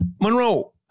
Monroe